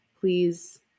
please